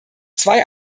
zwei